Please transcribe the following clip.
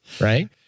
right